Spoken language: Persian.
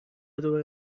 دوباره